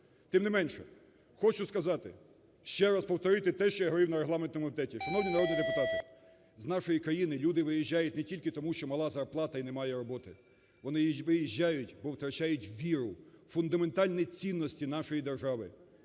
Тим не менше, хочу сказати, ще раз повторити, що я говорив на регламентному комітеті. Шановні народні депутати, з нашої країни люди виїжджають не тільки тому що мала зарплата і немає роботи, вони виїжджають, бо втрачають віру у фундаментальні цінності нашої держави: